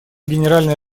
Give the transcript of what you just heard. генеральной